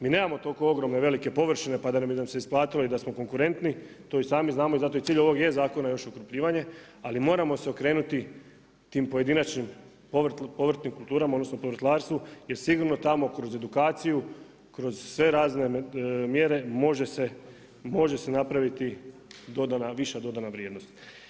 Mi nemamo toliko ogromne velike površine pa da bi nam se isplatilo i da smo konkurentni, to i sami znamo i zato i cilj ovog je zakona još okupljivanje ali moramo se okrenuti tim pojedinačnim povrtnim kulturama, odnosno povrtlarstvu jer sigurno tamo kroz edukaciju, kroz sve razne mjere može se napraviti dodana, viša dodana vrijednost.